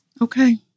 Okay